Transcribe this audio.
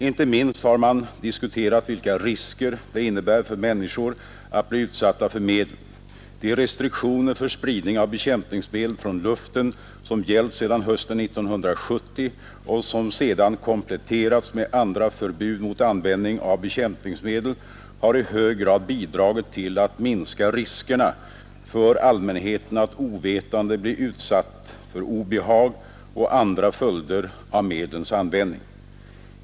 Inte minst har man diskuterat vilka risker det innebär för människor att bli utsatta för medlen. De restriktioner för spridning av bekämpningsmedel från luften som gällt sedan hösten 1970 och som sedan kompletterats med andra förbud mot användningen av bekämpningsmedel har i hög grad bidragit till att minska riskerna för allmänheten att ovetande bli utsatt för obehag och andra följder av medlens användning.